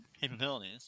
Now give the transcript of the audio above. capabilities